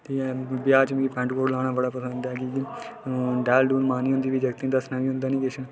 ते ब्याह् च मीं पैंट कोट लाना बड़ा पसंद ऐ डैल डूल मारनी होंदी निं फ्ही जगतें ई दस्सना बी होंदा निं